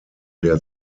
der